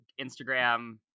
Instagram